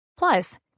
Plus